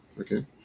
Okay